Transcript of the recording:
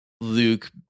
Luke